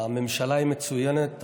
הממשלה מצוינת,